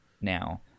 now